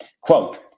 Quote